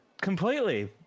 Completely